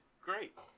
Great